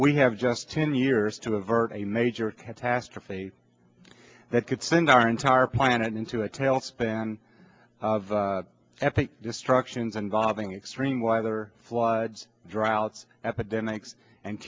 we have just ten years to avert a major catastrophe that could send our entire planet into a tailspin of epic destructions involving extreme weather floods droughts epidemics and